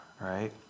right